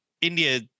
India